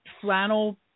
flannel